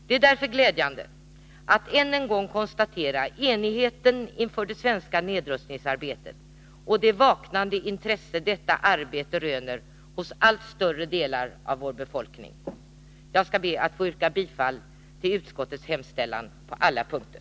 Det är därför glädjande att än en gång konstatera enigheten inför det svenska nedrustningsarbetet och det vaknande intresse detta arbete röner hos allt större delar av vår befolkning. Jag skall be att få yrka bifall till utskottets hemställan på alla punkter.